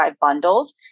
bundles